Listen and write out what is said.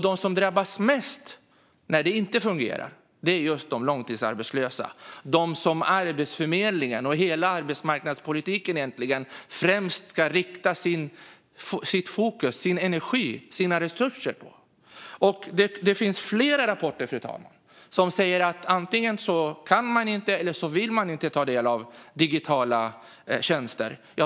De som drabbas mest när det inte fungerar är just de långtidsarbetslösa. Det är på dem som Arbetsförmedlingen och hela arbetsmarknadspolitiken egentligen främst ska rikta sitt fokus, sin energi och sina resurser. Fru talman! Det finns flera rapporter som säger att människor antingen inte kan eller vill ta del av digitala tjänster.